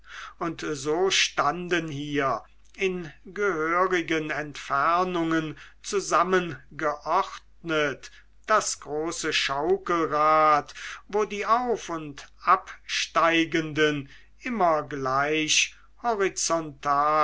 und so standen hier in gehörigen entfernungen zusammengeordnet das große schaukelrad wo die auf und absteigenden immer gleich horizontal